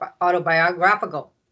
autobiographical